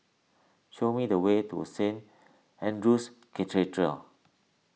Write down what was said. show me the way to Saint andrew's Cathedral